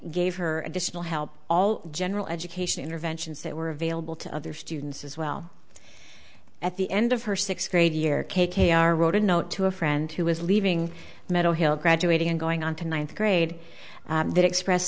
gave her additional help all general education interventions that were available to other students as well at the end of her sixth grade year k k r wrote a note to a friend who was leaving meadow hill graduating and going on to ninth grade that express